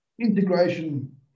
Integration